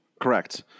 correct